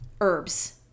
herbs